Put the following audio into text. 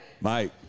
Mike